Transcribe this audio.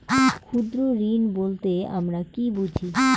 ক্ষুদ্র ঋণ বলতে আমরা কি বুঝি?